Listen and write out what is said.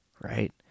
right